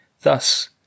Thus